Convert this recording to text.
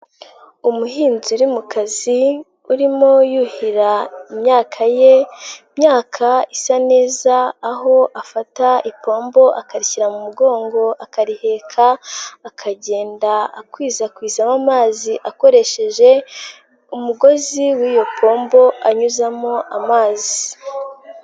Umuhinzi uri mu kazi urimo yuhira imyaka ye, imyaka isa neza aho afata ipombo akarishyira mu mugongo akariheka akagenda akwizakwizamo amazi akoresheje umugozi w'iyo pombo anyuzamo amazi.